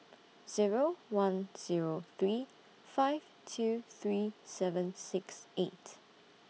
Zero one Zero three five two three seven six eight